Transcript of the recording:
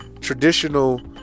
traditional